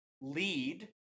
lead